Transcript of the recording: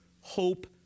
hope